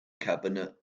cabinet